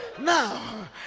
Now